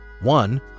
One